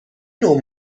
نوع